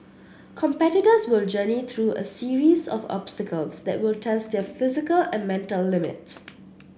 competitors will journey through a series of obstacles that will test their physical and mental limits